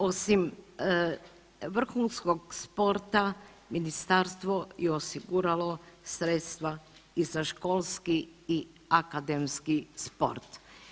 Osim vrhunskog sporta ministarstvo je osiguralo sredstva i za školski i akademski sport.